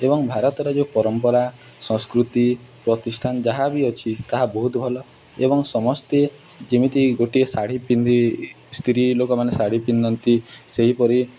ଏବଂ ଭାରତର ଯେଉଁ ପରମ୍ପରା ସଂସ୍କୃତି ପ୍ରତିଷ୍ଠାନ ଯାହା ବି ଅଛି ତାହା ବହୁତ ଭଲ ଏବଂ ସମସ୍ତେ ଯେମିତି ଗୋଟିଏ ଶାଢ଼ୀ ପିନ୍ଧି ସ୍ତ୍ରୀ ଲୋକମାନେ ଶାଢ଼ୀ ପିନ୍ଧନ୍ତି ସେହିପରି